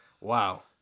Wow